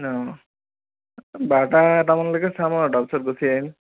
অ বাৰটা এটা মানলৈকে চাম আৰু তাৰপিছত গুছি আহিম